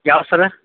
ಯಾವ್ದು ಸರ